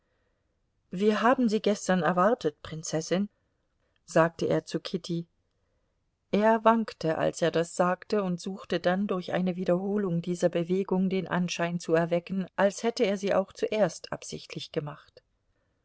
wir haben sie gestern erwartet prinzessin sagte er zu kitty er wankte als er das sagte und suchte dann durch eine wiederholung dieser bewegung den anschein zu erwecken als hätte er sie auch zuerst absichtlich gemacht